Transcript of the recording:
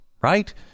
Right